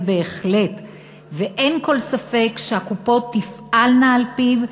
ואין כל ספק שהקופות תפעלנה על-פיו,